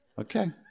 Okay